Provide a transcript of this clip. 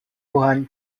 johan